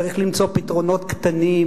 צריך למצוא פתרונות קטנים,